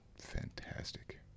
fantastic